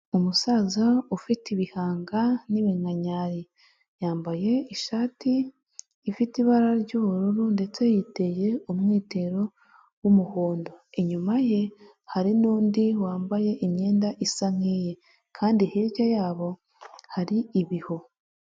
Umusaza ufite ibihanga n'iminkanyari yambaye ishati ifite ibara ry'ubururu ndetse yiteye umwitero w'umuhondo, inyuma ye hari nundi wambaye imyenda isa nkiye kandi hirya yabo hari ibihu.